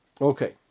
Okay